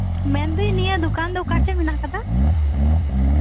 ᱢᱮᱱᱫᱟᱹᱧ ᱱᱚᱶᱟ ᱫᱚᱠᱟᱱ ᱫᱚ ᱚᱠᱟᱴᱷᱮᱱ ᱢᱮᱱᱟᱜ ᱟᱠᱟᱫᱟ